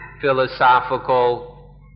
philosophical